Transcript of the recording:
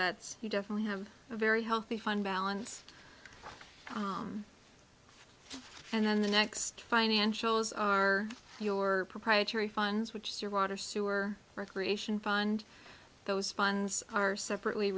that you definitely have a very healthy fund balance and then the next financials are your proprietary funds which is your water sewer recreation fund those funds are separately